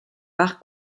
par